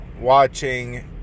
watching